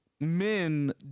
Men